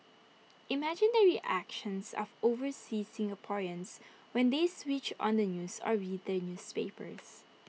imagine the reactions of overseas Singaporeans when they switched on the news or read their newspapers